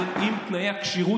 מה עם הזקן?